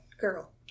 Girl